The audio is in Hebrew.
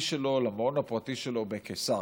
הפרטי שלו, למעון הפרטי שלו בקיסריה,